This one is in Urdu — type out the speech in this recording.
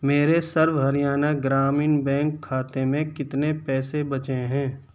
میرے سرو ہریانہ گرامین بینک کھاتے میں کتنے پیسے بچے ہیں